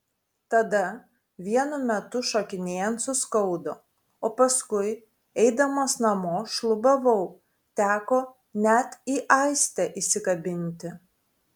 tada vienu metu šokinėjant suskaudo o paskui eidamas namo šlubavau teko net į aistę įsikabinti